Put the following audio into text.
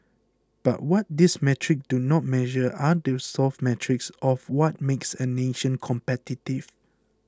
but what these metrics do not measure are the soft metrics of what makes a nation competitive